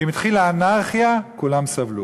אם התחילה אנרכיה, כולם סבלו.